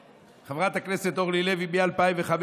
חברת הכנסת אורלי לוי מ-2015,